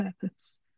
purpose